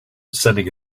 sending